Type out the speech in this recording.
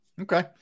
Okay